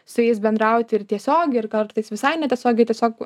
su jais bendrauti ir tiesiogiai ir kartais visai netiesiogiai tiesiog